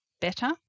better